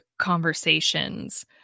conversations